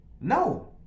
no